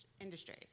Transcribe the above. industry